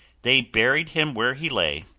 they buried him where he lay,